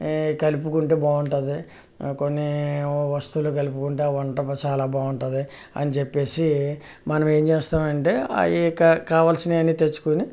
కలుపుకుంటే బాగుంటది కొన్ని వస్తువులు కలుపుకుంటే వంట చాలా బాగుంటుంది అని చెప్పేసి మనం ఏం చేస్తాం అంటే ఆ ఇక కావాల్సినయన్ని తెచ్చుకుని